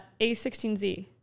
A16Z